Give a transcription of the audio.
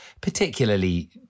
particularly